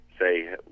say